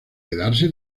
quedarse